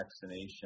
vaccination